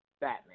Batman